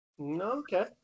Okay